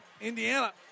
Indiana